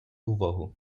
увагу